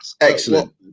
excellent